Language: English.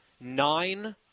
Nine